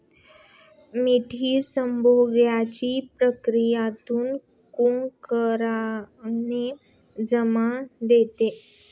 मेंढी संभोगाच्या प्रक्रियेतून कोकरूंना जन्म देते